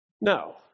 No